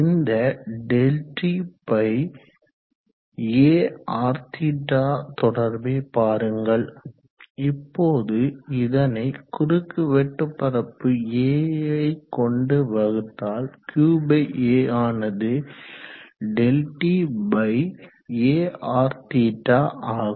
இந்த ΔTARθ தொடர்பை பாருங்கள் இப்போது இதனை குறுக்குவெட்டு பரப்பு Aவை கொண்டு வகுத்தால் QA ஆனது ΔTARθ ஆகும்